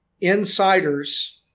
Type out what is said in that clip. insiders